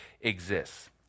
exists